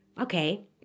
okay